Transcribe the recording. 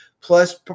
Plus